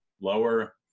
lower –